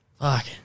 fuck